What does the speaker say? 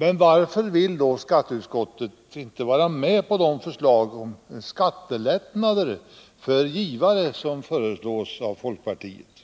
Men varför vill då skatteutskottet inte vara med om de förslag till skattelättnader för givare som förs fram av folkpartiet?